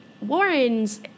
Warren's